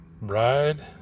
ride